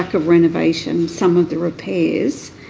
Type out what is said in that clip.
like of renovation, some of the repairs.